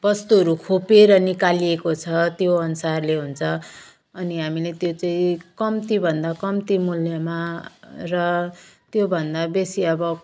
वस्तुहरू खोपिएर निकालिएको छ त्योअनुसारले हुन्छ अनि हामीले त्योचाहिँ कम्तीभन्दा कम्ती मूल्यमा र त्योभन्दा बेसी अब